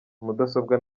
mudasobwa